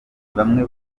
bamwe